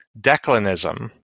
declinism